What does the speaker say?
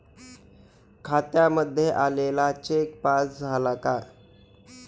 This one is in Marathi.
खात्यामध्ये आलेला चेक पास झाला का?